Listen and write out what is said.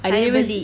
suddenly